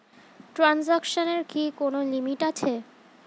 ট্রানজেকশনের কি কোন লিমিট আছে?